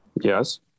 Yes